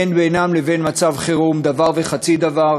אין בינם לבין מצב חירום דבר וחצי דבר,